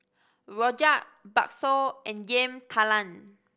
rojak bakso and Yam Talam